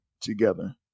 together